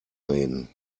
reden